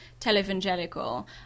televangelical